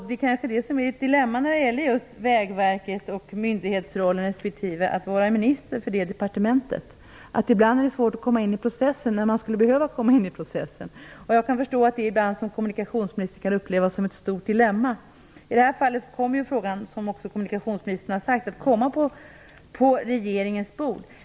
Det som kanske är ett dilemma när det gäller just Vägverket och myndighetsrollen respektive att vara minister för Kommunikationsdepartementet är att det ibland är svårt att komma in i processen när det skulle behövas. Jag kan förstå att det som kommunikationsminister ibland kan upplevas som ett stort dilemma. I det här fallet kommer ju frågan, som kommunikationsministern också har sagt, att hamna på regeringens bord.